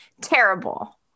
Terrible